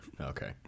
Okay